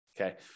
okay